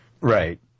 Right